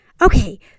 Okay